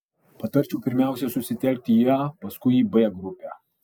patarčiau pirmiausia susitelkti į a paskui į b grupę